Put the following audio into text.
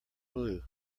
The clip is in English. blue